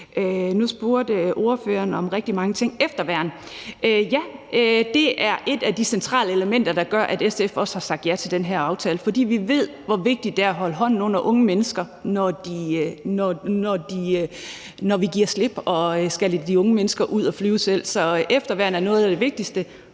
Nu spurgte ordføreren om rigtig mange ting, og ja, efterværn er et af de centrale elementer, der gør, at SF også har sagt ja til den her aftale, fordi vi ved, hvor vigtigt det er at holde hånden under unge mennesker, når vi giver slip og skal lade de unge mennesker flyve selv. Så efterværn er noget af det vigtigste.